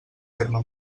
terme